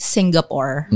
Singapore